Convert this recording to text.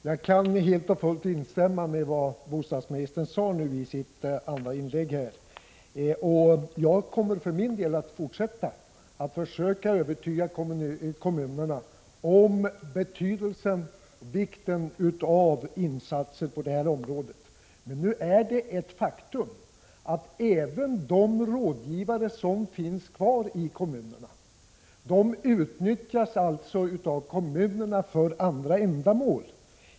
Herr talman! Jag kan helt och fullt instämma i vad bostadsministern sade i sitt andra inlägg. Jag kommer för min del att fortsätta att försöka övertyga kommunerna om vikten av insatser på detta område. Nu är det emellertid ett faktum att även de rådgivare som finns kvar i kommunerna där utnyttjas för andra ändamål.